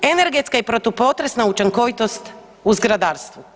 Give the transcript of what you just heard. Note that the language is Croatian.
Energetska i protupotresna učinkovitost u zgradarstvu.